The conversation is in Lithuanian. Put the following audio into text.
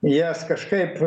jas kažkaip